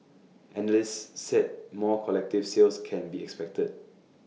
analysts said more collective sales can be expected